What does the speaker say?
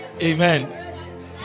amen